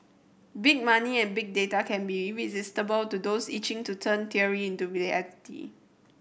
big money and bigger data can be irresistible to those itching to turn theory into reality